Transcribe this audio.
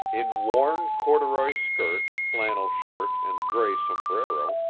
in worn corduroy skirt, flannel shirt, and gray sombrero,